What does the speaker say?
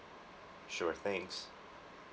sure thanks